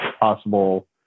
possible